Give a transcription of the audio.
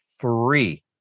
three